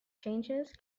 changes